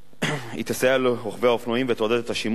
היא תסייע לרוכבי האופנועים ותעודד את השימוש באופנוע,